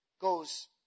goes